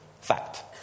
Fact